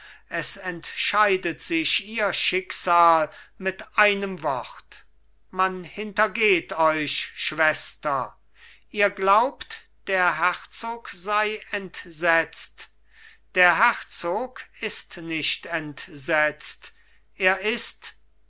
es entscheidet sich ihr schicksal mit einem wort man hintergeht euch schwester ihr glaubt der herzog sei entsetzt der herzog ist nicht entsetzt er ist